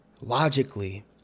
Logically